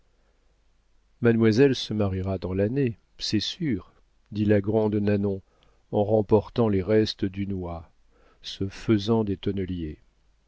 mademoiselle se mariera dans l'année c'est sûr dit la grande nanon en remportant les restes d'une oie ce faisan des tonneliers